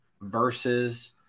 versus